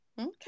Okay